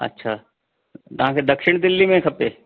अच्छा तव्हांखे दक्षिण दिल्ली में खपे